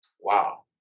Wow